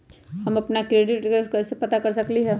हम अपन credit score कैसे पता कर सकेली?